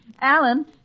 Alan